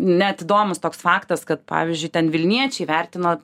net įdomus toks faktas kad pavyzdžiui ten vilniečiai vertino